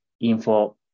info